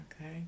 Okay